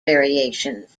variations